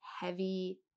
heavy